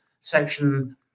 section